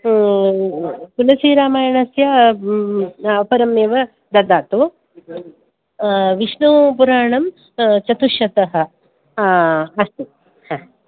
तुलसीरामायणस्य परमेव ददातु विष्णुपुराणं चतुःशतम् अस्तु हा